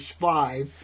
five